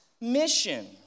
mission